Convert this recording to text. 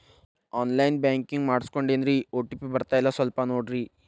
on line banking ಮಾಡಿಸ್ಕೊಂಡೇನ್ರಿ OTP ಬರ್ತಾಯಿಲ್ಲ ಸ್ವಲ್ಪ ನೋಡ್ರಿ